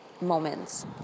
moments